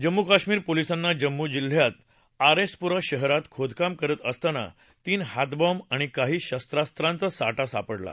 जम्मू कश्मीर पोलिसांना जम्मू जिल्ह्यात आरएसपुरा शहरात खोदकाम करत असताना तीन हातबॉम्ब आणि काही शस्त्रास्त्रांचा साठा सापडला